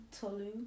Tolu